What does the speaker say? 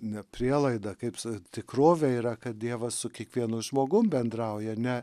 ne prielaida kaip su tikrove yra kad dievas su kiekvienu žmogum bendrauja ne